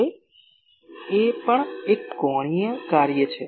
હવે ગેઇન એ પણ એક કોણીય કાર્ય છે